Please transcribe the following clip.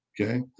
okay